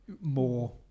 more